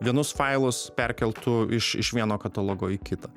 vienus failus perkeltų iš iš vieno katalogo į kitą